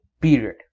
Period